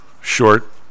short